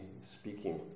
speaking